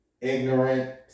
ignorant